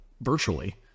virtually